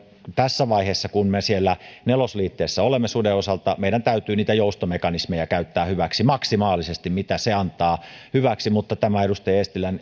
tässä vaiheessa kun me siellä nelosliitteessä olemme suden osalta meidän täytyy niitä joustomekanismeja käyttää hyväksi maksimaalisesti mitä se antaa hyväksi mutta tämä edustaja eestilän